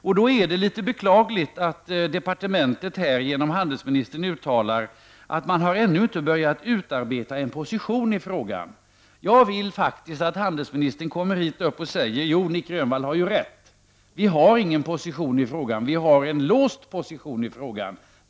Därför är det något beklagligt att departementet genom handelsministern uttalar att man ännu inte har börjat utarbeta någon position i frågan. Jag vill att handelsministern kommer upp här och säger: ”Jo, Nic Grönvall har ju rätt. Vi har ingen position i frågan, utan den är låst.